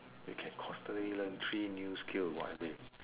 you can constantly learn three new skill what are they